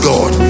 God